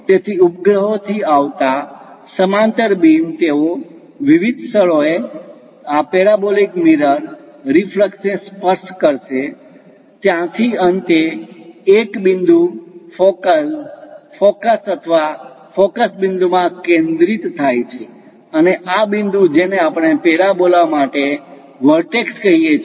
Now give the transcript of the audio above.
તેથી ઉપગ્રહો થી આવતા સમાંતર બીમ તેઓ વિવિધ સ્થળોએ આ પેરાબોલિક મિરર રીફ્લક્સ ને સ્પર્શ કરશે ત્યાંથી અંતે એક બિંદુ ફોકલ ફોકસ અથવા ફોકસ બિંદુમાં કેન્દ્રિત કન્વર્ઝ્ડ converged થાય છે અને આ બિંદુ જેને આપણે પેરાબોલા માટે વોર્ટેક્સ કહીએ છીએ